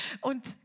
und